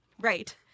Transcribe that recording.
Right